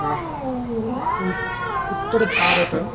उत उत्तरभारते